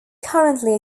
currently